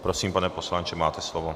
Prosím, pane poslanče, máte slovo.